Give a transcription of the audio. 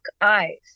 eyes